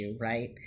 right